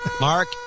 Mark